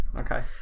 Okay